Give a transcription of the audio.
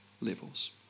levels